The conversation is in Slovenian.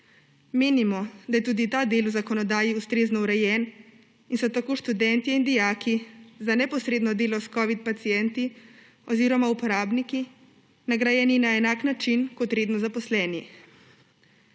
Menimo, da je tudi ta del v zakonodaji ustrezno urejen in so tako študentje in dijaki za neposredno delo s covid pacienti oziroma uporabniki nagrajeni na enak način kot redno zaposleni.